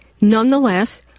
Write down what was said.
Nonetheless